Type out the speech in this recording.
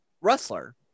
wrestler